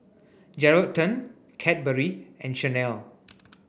Geraldton Cadbury and Chanel